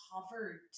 covered